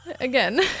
again